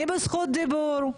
אני בזכות דיבור,